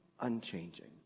unchanging